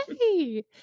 Hey